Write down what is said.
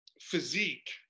physique